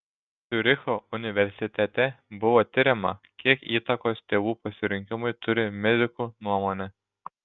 ciuricho universitete buvo tiriama kiek įtakos tėvų pasirinkimui turi medikų nuomonė